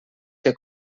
que